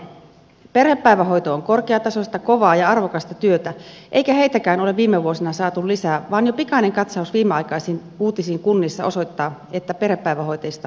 perhepäivähoito on korkeatasoista kovaa ja arvokasta työtä eikä perhepäivähoitajiakaan ole viime vuosina saatu lisää vaan jo pikainen katsaus viimeaikaisiin uutisiin kunnissa osoittaa että heistä on pula